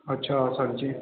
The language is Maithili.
अच्छा सरजी